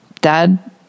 dad